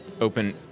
open